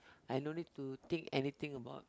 I don't need to think anything about